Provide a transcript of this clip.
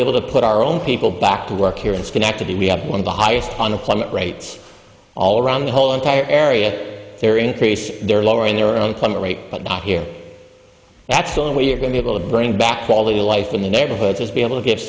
be able to put our own people back to work here in schenectady we have one of the highest unemployment rates all around the whole entire area there increase their lowering their employment rate but not here that's the only way you're going to go to bring back quality of life in the neighborhoods is be able to give